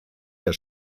der